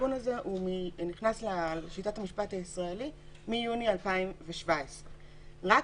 התיקון הזה נכנס לשיטת המשפט הישראלי מיוני 2017. רק